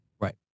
Right